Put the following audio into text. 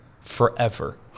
forever